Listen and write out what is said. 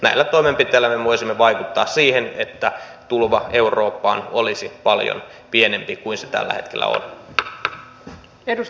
näillä toimenpiteillä me voisimme vaikuttaa siihen että tulva eurooppaan olisi paljon pienempi kuin se tällä hetkellä on